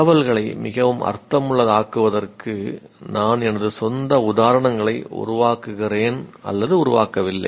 தகவல்களை மிகவும் அர்த்தமுள்ளதாக்குவதற்கு நான் எனது சொந்த உதாரணங்களை உருவாக்குகிறேன் உருவாக்கவில்லை